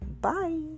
Bye